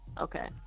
Okay